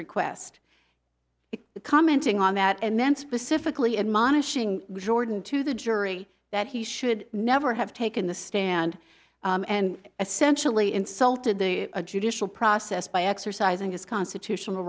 request it commenting on that and then specifically admonishing jordan to the jury that he should never have taken the stand and essentially insulted the a judicial process by exercising his constitutional